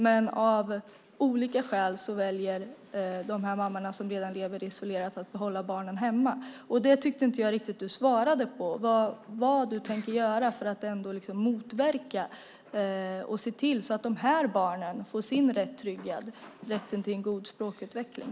Men av olika skäl väljer de mammorna, som redan lever isolerat, att behålla barnen hemma. Det tyckte jag inte att du svarade på, vad du tänker göra för att motverka det och se till att de barnen får sin rätt tryggad, rätten till en god språkutveckling.